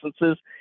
licenses